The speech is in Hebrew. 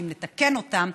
שאם נתקן אותם,